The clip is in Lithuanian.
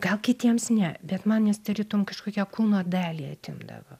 gal kitiems ne bet man jis tarytum kažkokią kūno dalį atimdavo